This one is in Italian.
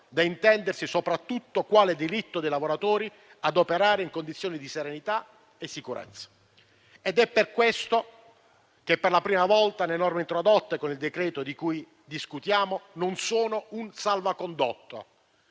da intendersi soprattutto quale diritto dei lavoratori ad operare in condizioni di serenità e sicurezza. È per questo che per la prima volta le norme introdotte con il decreto-legge in discussione non sono un salvacondotto